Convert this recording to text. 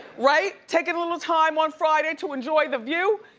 right? taking a little time on friday to enjoy the view,